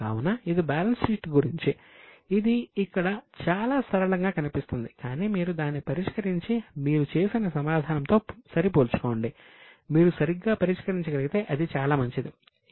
కావున ఇది balance sheet గురించి ఇది ఇక్కడ చాలా సరళంగా కనిపిస్తుంది కానీ మీరు దాన్ని పరిష్కరించి మీరు చేసిన సమాధానంతో సరిపోల్చికోండి మీరు సరిగ్గా పరిష్కరించగలిగితే అది చాలా మంచిది